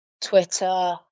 Twitter